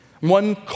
one